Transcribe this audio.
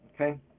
Okay